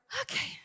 Okay